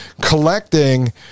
collecting